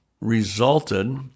resulted